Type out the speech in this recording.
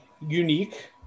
unique